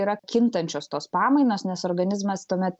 yra kintančios tos pamainos nes organizmas tuomet